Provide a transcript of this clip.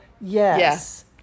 Yes